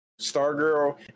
Stargirl